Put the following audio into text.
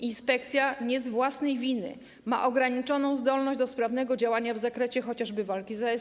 Inspekcja nie z własnej winy ma ograniczoną zdolność do sprawnego działania w zakresie chociażby walki z ASF.